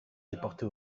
déporté